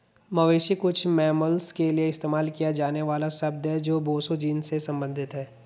मवेशी कुछ मैमल्स के लिए इस्तेमाल किया जाने वाला शब्द है जो बोसो जीनस से संबंधित हैं